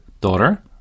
daughter